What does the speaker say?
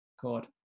God